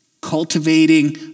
cultivating